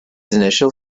initial